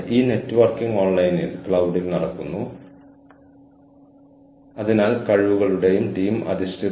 അതിനാൽ ഈ അവസരം നമ്മൾ എല്ലാവരുമായും ബോർഡിലുടനീളം എല്ലാ ഐഐടി ഫാക്കൽറ്റികളുമായും പങ്കിട്ടു